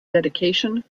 dedication